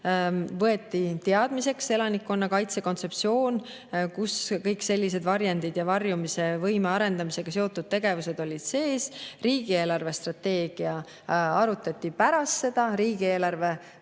võeti teadmiseks elanikkonnakaitse kontseptsioon, kus olid kõik sellised varjendite ja varjumisvõime arendamisega seotud tegevused sees, riigi eelarvestrateegia arutati pärast seda, riigieelarve toodi